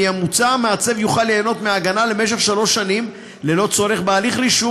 מוצע כי מעצב יוכל ליהנות מהגנה למשך שלוש שנים ללא צורך בהליך רישום,